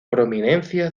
prominencia